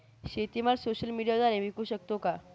शेतीमाल सोशल मीडियाद्वारे विकू शकतो का?